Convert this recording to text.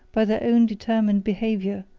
by their own determined behaviour,